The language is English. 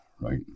right